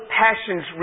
passions